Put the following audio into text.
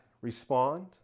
respond